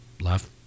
left